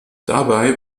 dabei